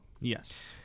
Yes